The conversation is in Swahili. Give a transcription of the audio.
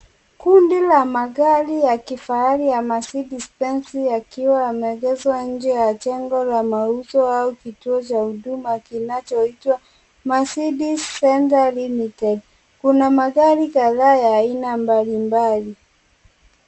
Kundi la magari ya kifahari ya Mercedes-Benz yakiwa yameegeshwa nje ya jengo la mauzo au kituo cha huduma kinachoitwa Mercedes Center Limited, kuna magari kadhaa ya aina mbali mbali.